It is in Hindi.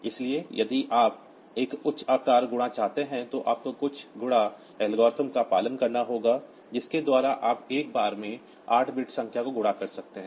इसलिए यदि आप एक उच्च आकार गुणा चाहते हैं तो आपको कुछ गुणा एल्गोरिथ्म का पालन करना होगा जिसके द्वारा आप एक बार में 8 बिट संख्या को गुणा कर सकते हैं